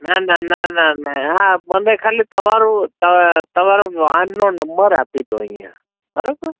ના ના ના ના ના આપ મને ખાલી તમારું તમારું વાહનનો નંબર આપી દો અહીંયા બરાબર